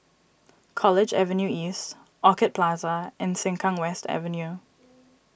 College Avenue East Orchid Plaza and Sengkang West Avenue